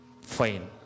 Fine